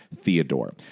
Theodore